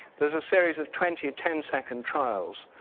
there's a series of twenty ten-second trials.